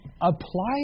apply